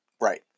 Right